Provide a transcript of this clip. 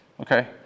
Okay